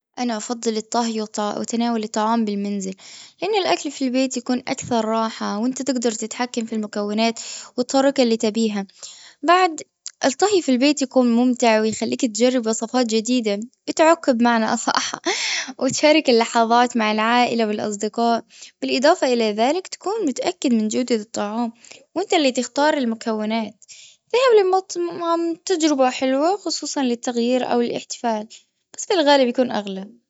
أنا أفضل الطهي الطعام وتناول الطعام بالمنزل. لأن الأكل في البيت يكون أكثر راحة وأنت تقدر تتحكم في المكونات وتفرق اللي تبيها. بعد الطهي في البيت يكون ممتع ويخليك تجرب وصفات جديدة. أتعاقب معنا أفرح وتشارك اللحظات مع العائلة والأصدقاء. بالأضافة الى ذلك تكون متأكد من جودة الطعام. وأنت اللي تختار المكونات. فاهم لما تجربة حلوة خصوصا للتغيير أو الأحتفال. في الغالب يكون أغلى.